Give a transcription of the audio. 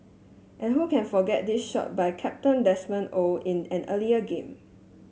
and who can forget this shot by captain Desmond Oh in an earlier game